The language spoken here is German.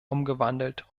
umgewandelt